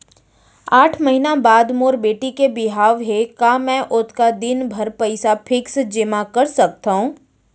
आठ महीना बाद मोर बेटी के बिहाव हे का मैं ओतका दिन भर पइसा फिक्स जेमा कर सकथव?